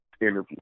interview